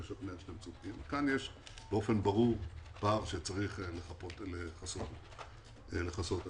כאן יש באופן ברור פער שצריך לכסות עליו.